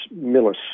Millis